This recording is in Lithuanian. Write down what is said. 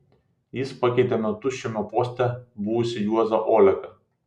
jis pakeitė metus šiame poste buvusį juozą oleką